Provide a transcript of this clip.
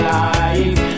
life